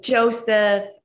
Joseph